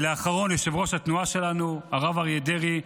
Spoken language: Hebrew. ולאחרון, יושב-ראש התנועה שלנו הרב אריה דרעי,